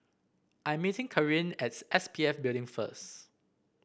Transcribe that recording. I'm meeting Karin as S P F Building first